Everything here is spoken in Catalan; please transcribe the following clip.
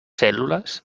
cèl·lules